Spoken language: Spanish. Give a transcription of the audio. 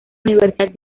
universidad